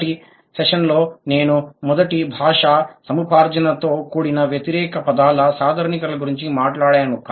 మునుపటి సెషన్లో నేను మొదటి భాషా సముపార్జనతో కూడిన వ్యతిరేక పదాల సాధారణీకరణల గురించి మాట్లాడాను